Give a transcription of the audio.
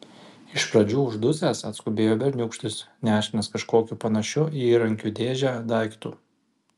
iš pradžių uždusęs atskubėjo berniūkštis nešinas kažkokiu panašiu į įrankių dėžę daiktu